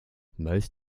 most